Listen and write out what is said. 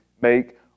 make